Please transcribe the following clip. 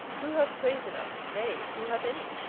who hath praise enough, nay, who hath any?